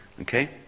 Okay